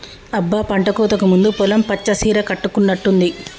అబ్బ పంటకోతకు ముందు పొలం పచ్చ సీర కట్టుకున్నట్టుంది